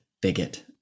bigot